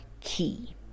key